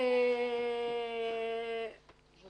יש